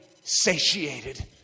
satiated